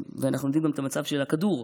ואנחנו יודעים גם את המצב של הכדור,